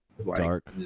Dark